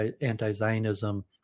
anti-Zionism